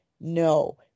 no